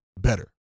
better